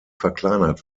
verkleinert